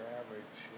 average